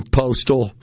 postal